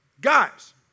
Guys